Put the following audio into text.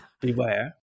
beware